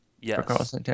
Yes